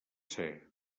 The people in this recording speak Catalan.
ser